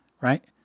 Right